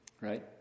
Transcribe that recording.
Right